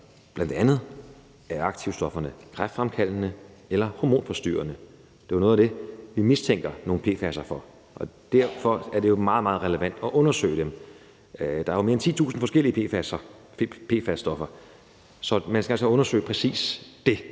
dokumenteret, om aktivstofferne er kræftfremkaldende eller hormonforstyrrende. Det er jo noget af det, vi mistænker nogle PFAS-stoffer for. Derfor er det meget, meget relevant at undersøge dem. Der er jo mere end 10.000 forskellige PFAS-stoffer. Så man skal have undersøgt præcis dét,